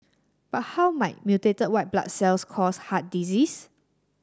but how might mutated white blood cells cause heart disease